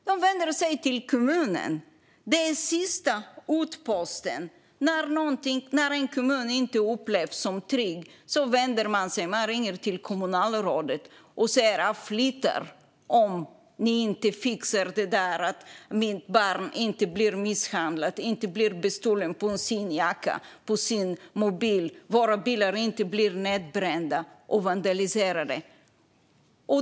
De vänder sig till kommunen. Det är sista utposten. När en kommun inte upplevs som trygg ringer man till kommunalrådet och säger att man flyttar om de inte fixar problemet. Det handlar om att barn inte ska bli misshandlade eller bestulna på jackor eller mobiler och att bilar inte ska bli nedbrända eller vandaliserade.